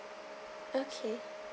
okay